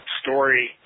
story